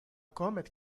comet